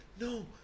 no